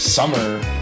Summer